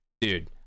dude